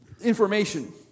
information